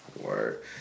Word